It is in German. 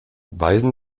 weisen